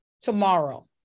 tomorrow